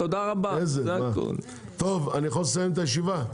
טוב אני יכול לסיים את הישיבה?